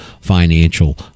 financial